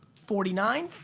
forty nine?